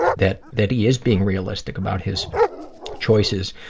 that that he is being realistic about his choices.